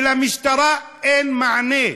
ולמשטרה אין מענה,